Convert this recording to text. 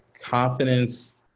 confidence